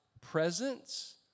presence